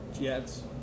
Jets